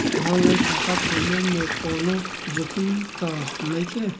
आन line खाता खोले में कौनो जोखिम त नइखे?